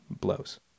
blows